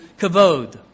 kavod